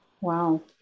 wow